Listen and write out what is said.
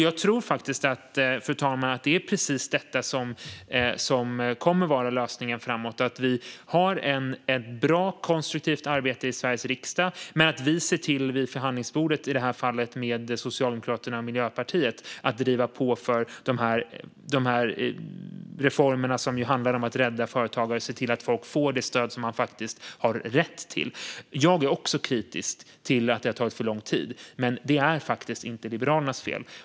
Jag tror faktiskt, fru talman, att det är precis detta som kommer att vara lösningen framåt: att vi har ett bra, konstruktivt arbete i Sveriges riksdag och att vi vid förhandlingsbordet, i det här fallet med Socialdemokraterna och Miljöpartiet, ser till att driva på för reformer som handlar om att rädda företagare och se till att folk får det stöd som man faktiskt har rätt till. Jag är också kritisk till att det har tagit för lång tid, men det är faktiskt inte Liberalernas fel.